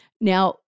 Now